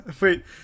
wait